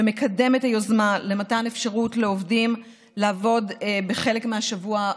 ומקדם את היוזמה למתן אפשרות לעובדים לעבוד מרחוק בחלק מהשבוע,